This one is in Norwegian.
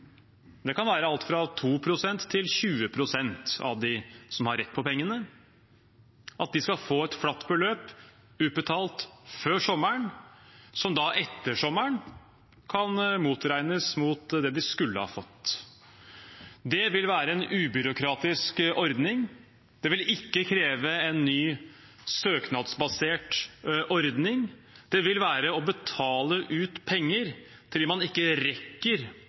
det kan være alt fra 2 pst. til 20 pst. av dem som har rett på pengene – skal få et flatt beløp utbetalt før sommeren, som da etter sommeren kan motregnes mot det de skulle ha fått. Det vil være en ubyråkratisk ordning. Det vil ikke kreve en ny søknadsbasert ordning. Det vil være å betale ut penger til dem man ikke rekker